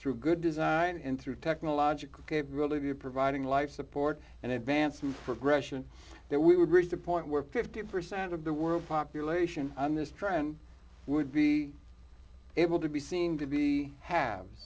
through good design and through technological capability of providing life support and advancement progression then we would reach the point where fifty percent of the world's population on this trend would be able to be seen to be have